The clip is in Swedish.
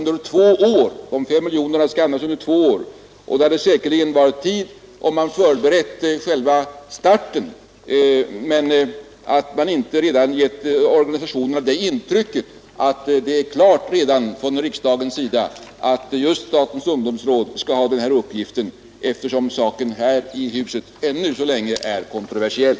De 5 miljonerna skall för övrigt användas under två år, och tiden hade säkerligen räckt till, om man förberett själva starten. Däremot borde man inte ha givit organisationerna intrycket att det redan är klart från riksdagens sida att just statens ungdomsråd skall ha hand om uppgiften, eftersom den saken här i huset ännu så länge är kontroversiell.